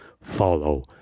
follow